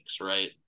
right